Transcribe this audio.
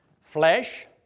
Flesh